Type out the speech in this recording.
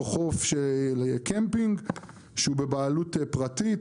חוף של קמפינג שהוא בבעלות פרטית.